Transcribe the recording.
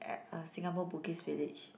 at uh Singapore Bugis-village